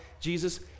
Jesus